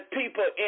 people